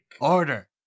Order